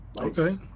Okay